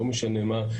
לא משנה מה,